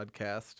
podcast